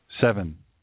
Seven